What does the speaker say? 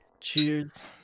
Cheers